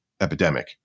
epidemic